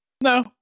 No